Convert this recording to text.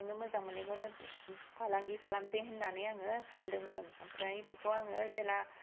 सोंनो मोजां मोन्नायखौनो फालांगि खालामसै होन्नानोय आङो सानदोंमोन आम्फ्राय बेखौ आङो जेला